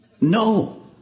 no